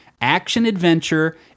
Action-adventure